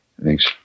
Thanks